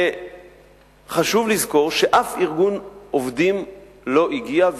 חשוב לזכור שאף ארגון עובדים לא הגיע,